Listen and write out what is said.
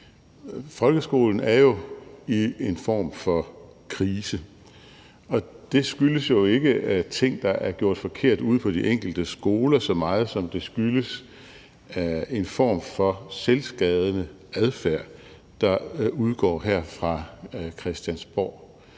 Folkeskolen er i en form for krise, og det skyldes jo ikke ting, der er gjort forkert ude på de enkelte skoler, så meget som det skyldes en form for selvskadende adfærd, der udgår her fra Christiansborg,